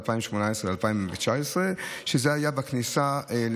והן היו בכניסה,